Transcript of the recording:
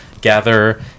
gather